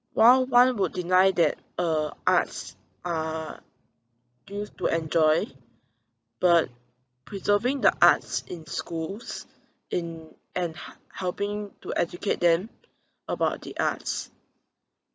while one would deny that uh arts are used to enjoy but preserving the arts in schools in and h~ helping to educate them about the arts